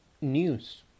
news